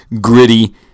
gritty